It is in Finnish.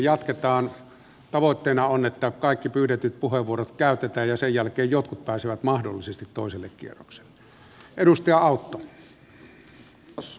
jatketaan ja tavoitteena on että kaikki pyydetyt vastauspuheenvuorot käytetään ja sen jälkeen jotkut pääsevät mahdollisesti toiselle kierrokselle